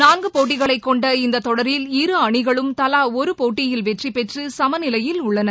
நான்கு போட்டிகளைக் கொண்ட இந்த தொடரில் இரு அணிகளும் தவா ஒரு போட்டியில் வெற்றிபெற்று சமநிலையில் உள்ளன